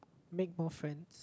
make more friends